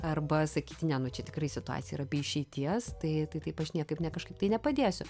arba sakyti ne čia tikrai situacija yra be išeities tai tai taip aš niekaip ne kažkaip tai nepadėsiu